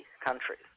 countries